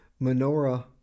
menorah